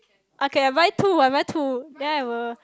okay I buy two I buy two then I will